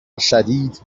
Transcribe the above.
شدید